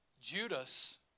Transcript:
Judas